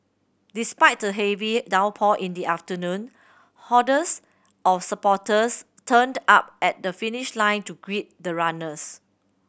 despite the heavy downpour in the afternoon hordes of supporters turned up at the finish line to greet the runners